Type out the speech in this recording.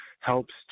helps